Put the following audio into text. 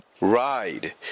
ride